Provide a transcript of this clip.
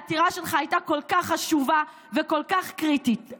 העתירה שלך הייתה כל כך חשובה וכל כך קריטית,